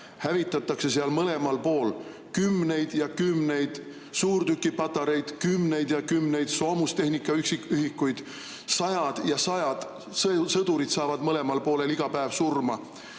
hävitatakse seal mõlemal pool kümneid ja kümneid suurtükipatareisid, kümneid ja kümneid soomustehnika üksikühikuid. Sajad ja sajad sõdurid saavad mõlemal poolel iga päev surma.